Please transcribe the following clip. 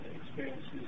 experiences